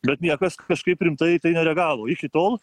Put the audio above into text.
bet niekas kažkaip rimtai į tai nereagavo iki tol